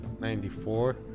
94